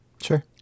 sure